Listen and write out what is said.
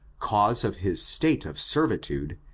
causes of his state of servitude,